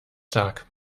tag